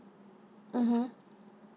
mmhmm